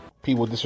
People